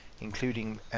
including